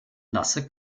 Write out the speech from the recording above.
nasse